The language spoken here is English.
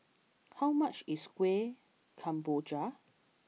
how much is Kueh Kemboja